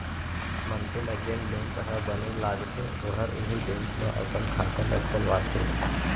मनसे ल जेन बेंक ह बने लागथे ओहर उहीं बेंक म अपन खाता ल खोलवाथे